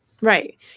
Right